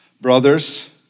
brothers